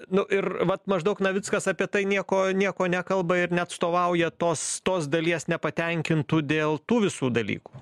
nu ir vat maždaug navickas apie tai nieko nieko nekalba ir neatstovauja tos tos dalies nepatenkintų dėl tų visų dalykų